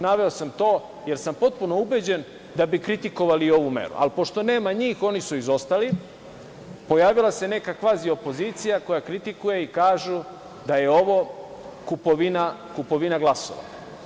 Naveo sam to jer sam potpuno ubeđen da bi kritikovali i ovu meru, ali pošto nema njih, oni su izostali, pojavila se neka kvazi-opozicija koja kritikuje i kažu da je ovo kupovina glasova.